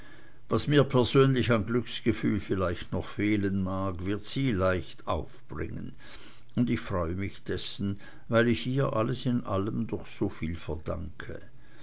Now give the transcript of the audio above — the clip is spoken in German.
was mir persönlich an glücksgefühl vielleicht noch fehlen mag wird sie leicht aufbringen und ich freue mich dessen weil ich ihr alles in allem doch soviel verdanke